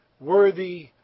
worthy